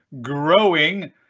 growing